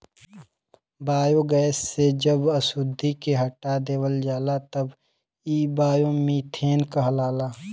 biogas से जब अशुद्धि के हटा देवल जाला तब इ बायोमीथेन कहलाला